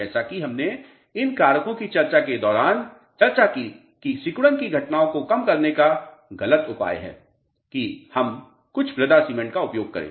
जैसा कि हमने इन कारकों की चर्चा के दौरान चर्चा की कि सिकुड़न की घटनाओं को कम करने का ग़लत उपाय है कि हम कुछ मृदा सीमेंट का उपयोग करें